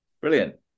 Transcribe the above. Brilliant